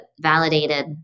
validated